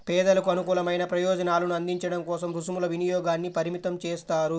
పేదలకు అనుకూలమైన ప్రయోజనాలను అందించడం కోసం రుసుముల వినియోగాన్ని పరిమితం చేస్తారు